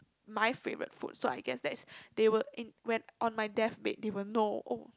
my favourite food so I guess that's they will in when on my deathbed they will know oh